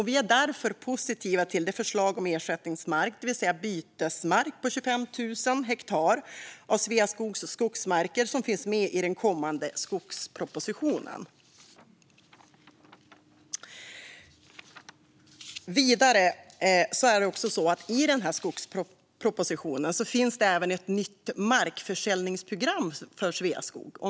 Vi är därför positiva till det förslag om ersättningsmark, det vill säga bytesmark, på 25 000 hektar av Sveaskogs skogsmarker som finns med i den kommande skogspropositionen. Vidare finns det i denna skogsproposition även ett nytt markförsäljningsprogram för Sveaskog.